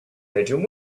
bedroom